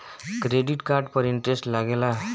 Credit card पर interest लागेला?